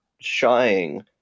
shying